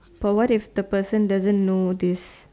provide if the person doesn't know this